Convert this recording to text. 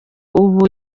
ubu